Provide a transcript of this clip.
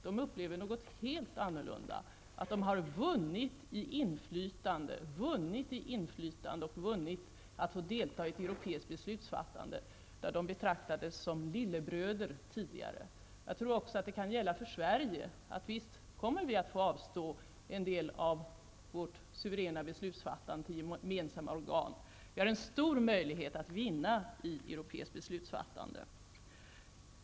De upplever något helt annat, nämligen att de har vunnit i inflytande och vunnit möjligheten att få delta i ett europeiskt beslutsfattande där de tidigare betraktades som lillebröder. Jag tror också att detta kan gälla för Sverige. Visst kommer vi att avstå en del av vårt suveräna beslutsfattande till gemensamma organ. Vi har en stor möjlighet att vinna i europeiskt beslutsfattande.